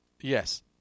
Yes